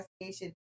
investigation